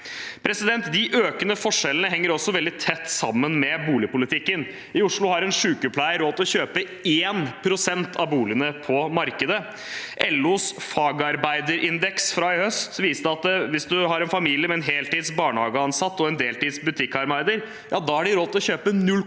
ned. De økende forskjellene henger også veldig tett sammen med boligpolitikken. I Oslo har en sykepleier råd til å kjøpe 1 pst. av boligene på markedet. LOs fagarbeiderindeks fra i høst viste at hvis man har en familie med en heltids barnehageansatt og en deltids butikkarbeider, har man råd til å kjøpe 0,2 pst.